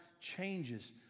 changes